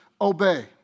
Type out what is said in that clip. obey